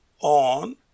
on